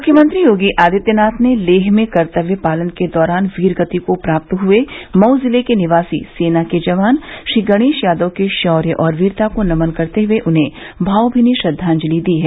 मुख्यमंत्री योगी आदित्यनाथ ने लेह में कर्तव्य पालन के दौरान वीर गति को प्राप्त हुए मऊ जिले के निवासी सेना के जवान श्री गणेश यादव के शौर्य और वीरता को नमन करते हुये उन्हें भावमीनी श्रद्वांजलि दी है